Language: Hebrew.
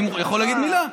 אני יכול להגיד מילה?